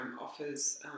offers